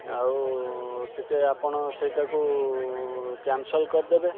ଆଉ ଟିକେ ଆପଣ ସେଇଟାକୁ କ୍ୟାନସଲ୍ କରିଦେବେ